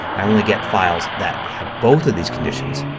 i only get files that have both of these conditions.